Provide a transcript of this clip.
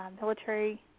Military